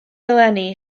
eleni